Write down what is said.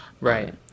Right